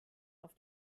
auf